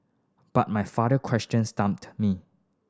but my father question stumped me